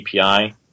API